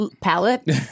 palette